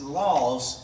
laws